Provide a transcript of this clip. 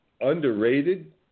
underrated